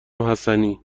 حسنی